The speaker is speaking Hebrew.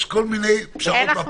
יש כל מיני פשרות מפא"יניקות.